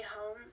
home